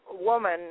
woman